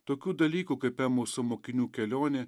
tokių dalykų kaip emoso mokinių kelionė